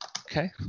Okay